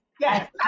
Yes